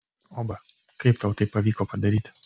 oba kaip tau tai pavyko padaryti